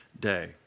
day